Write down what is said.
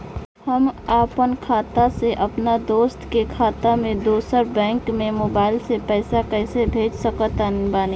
हम आपन खाता से अपना दोस्त के खाता मे दोसर बैंक मे मोबाइल से पैसा कैसे भेज सकत बानी?